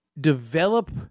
develop